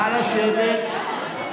נא לשבת.